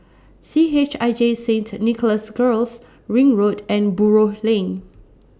C H I J Saint Nicholas Girls Ring Road and Buroh Lane